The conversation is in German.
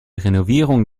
renovierung